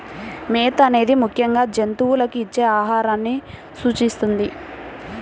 మేత అనేది ముఖ్యంగా జంతువులకు ఇచ్చే ఆహారాన్ని సూచిస్తుంది